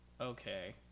okay